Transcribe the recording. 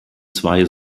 zwei